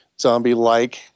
zombie-like